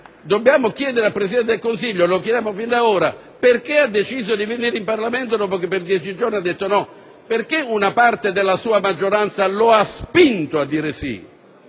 Dobbiamo chiedere al Presidente del Consiglio - lo chiediamo fin d'ora - perché ha deciso di venire in Parlamento dopo che per dieci giorni ha detto di no, perché una parte della sua maggioranza lo ha spinto a dire sì;